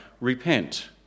Repent